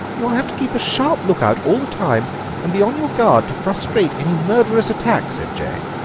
you'll have to keep a sharp look-out all the time and be on your guard to frustrate any murderous attack, said jane,